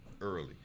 early